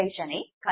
23 MW